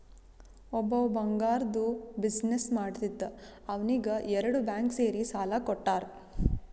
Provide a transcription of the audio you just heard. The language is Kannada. ಒಬ್ಬವ್ ಬಂಗಾರ್ದು ಬಿಸಿನ್ನೆಸ್ ಮಾಡ್ತಿದ್ದ ಅವ್ನಿಗ ಎರಡು ಬ್ಯಾಂಕ್ ಸೇರಿ ಸಾಲಾ ಕೊಟ್ಟಾರ್